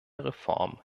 reform